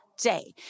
day